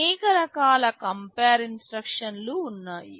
అనేక రకాల compare instruction లు ఉన్నాయి